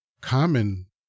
common